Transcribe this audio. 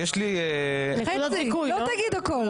לא תגיד הכול.